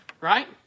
Right